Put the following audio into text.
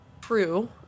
True